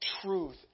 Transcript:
truth